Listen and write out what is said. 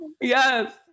Yes